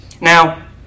now